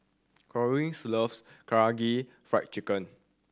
Corene loves Karaage Fried Chicken